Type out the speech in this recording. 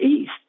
East